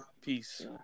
Peace